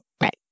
Right